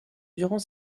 durant